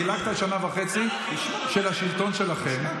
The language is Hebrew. דילגת על שנה וחצי של השלטון שלכם,